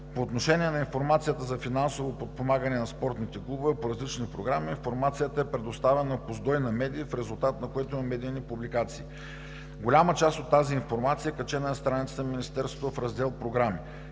По отношение на информацията за финансово подпомагане на спортните клубове по различни програми информацията е предоставена по Закона за достъп до обществена информация на медиите, в резултат на което има медийни публикации. Голяма част от тази информация е качена на страницата на Министерството в раздел „Програми“,